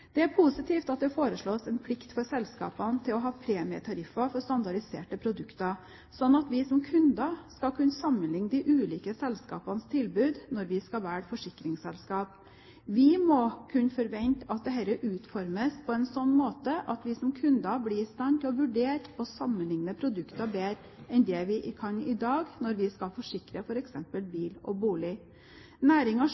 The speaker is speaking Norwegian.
Det er positivt at det foreslås en plikt for selskapene til å ha premietariffer for standardiserte produkter, slik at vi som kunder skal kunne sammenligne de ulike selskapenes tilbud når vi skal velge forsikringsselskap. Vi må kunne forvente at dette utformes på en slik måte at vi som kunder blir i stand til å vurdere og sammenligne produktene bedre enn det vi kan i dag når vi skal forsikre